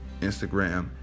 Instagram